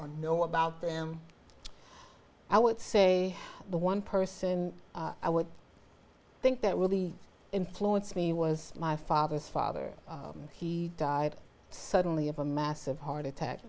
or know about them i would say the one person i would think that really influenced me was my father's father he died suddenly of a massive heart attack